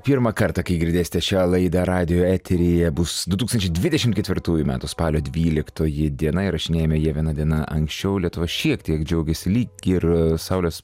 pirmą kartą kai girdėsite šią laidą radijo eteryje bus du tūkstančiai dvidešimt ketvirtųjų metų spalio dvyliktoji diena įrašinėjame ją viena diena anksčiau lietuva šiek tiek džiaugiasi lyg ir saulės